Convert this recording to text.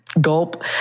Gulp